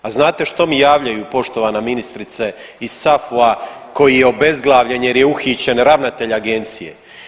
A znate što mi javljaju poštovana ministrice iz SAFU-a koji je obezglavljen jer je uhićen ravnatelj agencije?